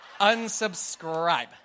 Unsubscribe